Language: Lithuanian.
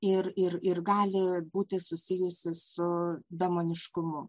ir ir ir gali būti susijusi su demoniškumu